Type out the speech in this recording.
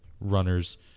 runners